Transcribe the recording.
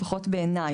לפחות בעיניי,